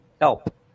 help